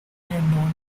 non